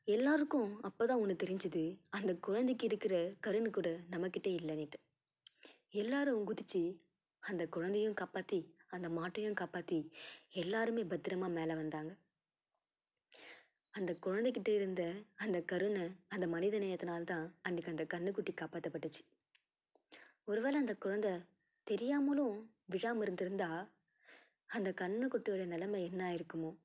எல்லாருக்கும் அப்போ தான் ஒன்று தெரிஞ்சது அந்த குழந்தைக்கு இருக்கிற கருணைக்கூட நம்மக்கிட்ட இல்லைனிட்டு எல்லாரும் குதித்து அந்த குழந்தையும் காப்பாற்றி அந்த மாட்டையும் காப்பாற்றி எல்லாருமே பத்தரமாக மேலே வந்தாங்கள் அந்த குழந்தைக்கிட்ட இருந்த அந்த கருணை அந்த மனிதநேயத்துனால் தான் அன்றைக்கு அந்த கன்னுக்குட்டி காப்பாத்தப்பட்டுச்சு ஒருவேளை அந்த குழந்தை தெரியாமலும் விழாமல் இருந்துருந்தால் அந்த கன்றுக்குட்டியோட நிலம என்ன ஆயிருக்குமோ